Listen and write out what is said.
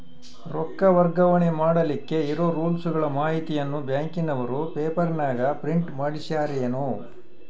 ರೊಕ್ಕ ವರ್ಗಾವಣೆ ಮಾಡಿಲಿಕ್ಕೆ ಇರೋ ರೂಲ್ಸುಗಳ ಮಾಹಿತಿಯನ್ನ ಬ್ಯಾಂಕಿನವರು ಪೇಪರನಾಗ ಪ್ರಿಂಟ್ ಮಾಡಿಸ್ಯಾರೇನು?